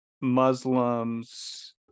Muslims